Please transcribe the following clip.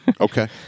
Okay